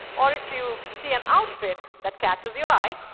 or, if you see an outfit that catches your eye,